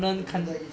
the middle east